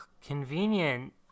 convenient